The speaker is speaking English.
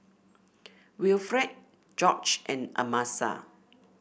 Wilfred George and Amasa